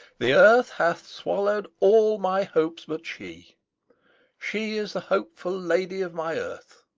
the earth hath swallowed all my hopes but she she is the hopeful lady of my earth